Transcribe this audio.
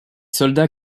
soldats